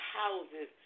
houses